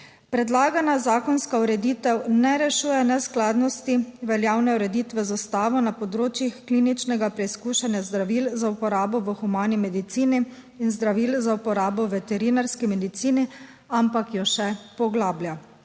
"Predlagana zakonska ureditev ne rešuje neskladnosti veljavne ureditve z Ustavo na področjih kliničnega preizkušanja zdravil za uporabo v humani medicini in zdravil za uporabo v veterinarski medicini, ampak jo še poglablja."